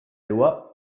loi